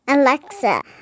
Alexa